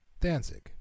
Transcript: Danzig